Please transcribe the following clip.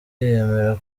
yemera